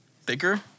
Thicker